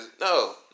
no